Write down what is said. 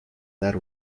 dar